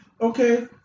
Okay